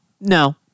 no